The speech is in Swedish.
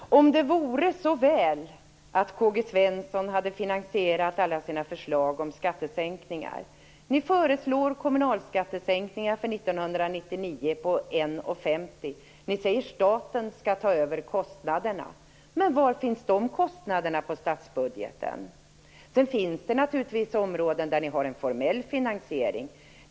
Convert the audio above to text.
Fru talman! Om det vore så väl att K-G Svenson hade finansierat alla sina förslag om skattesänkningar. Ni föreslår kommunalskattesänkningar för 1999 på 1:50 kr. Ni säger att staten skall ta över kostnaderna. Men var finns dessa kostnader på statsbudgeten? Sedan finns det naturligtvis områden där ni har en formell finansiering.